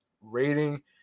rating